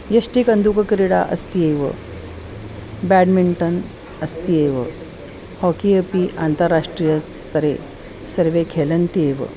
यष्टिकन्दुकक्रीडा अस्ति एव बेड्मिण्टन् अस्त्येव हाकि अपि अन्ताराष्ट्रीयस्तरे सर्वे खेलन्ति एव